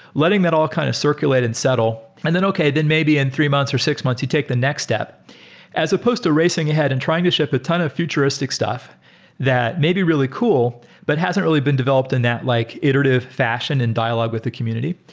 letting that all kind of circulate and settle. and then okay, then maybe in three months or six months you take the next step as supposed to racing ahead and trying to ship a ton of futuristic stuff that may be really cool but hasn't really been developed in that like iterative fashion and dialogue with the community.